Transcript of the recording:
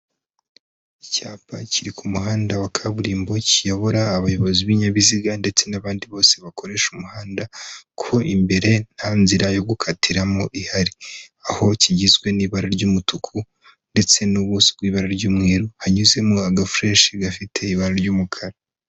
Icyapa kiri ku muhanda wa kaburimbo kiyobora abayobozi b'ibinyabiziga ndetse n'abandi bose bakoresha umuhanda ku imbere nta nzira yo gukatiramo ihari, aho kigizwe n'ibara ry'umutuku ndetse n'ubuso bw'ibara ry'umweru hanyuzemo agafureshi gafite ibara ry'umukara.